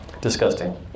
Disgusting